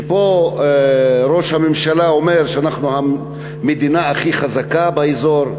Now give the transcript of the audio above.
כשפה ראש הממשלה אומר שאנחנו המדינה הכי חזקה באזור,